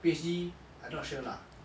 P_H_D I not sure lah